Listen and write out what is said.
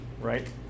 right